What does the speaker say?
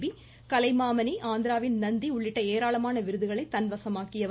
B Kalaimamani ஆந்திராவின் நந்தி உள்ளிட்ட ஏராளமான விருதுகளை தன்வசமாக்கியவர்